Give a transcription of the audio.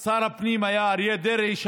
שנים רבות, שר הפנים היה אריה דרעי,